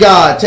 God